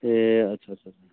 ए अच्छा अच्छा अच्छा